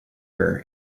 stronger